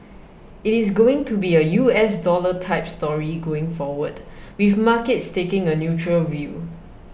it is going to be a U S dollar type story going forward with markets taking a neutral view